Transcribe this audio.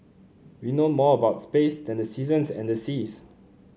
we know more about space than the seasons and the seas